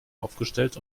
aufgestellt